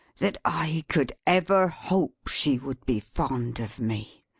that i could ever hope she would be fond of me!